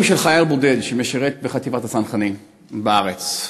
של חייל בודד שמשרת בחטיבת הצנחנים בארץ,